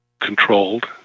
controlled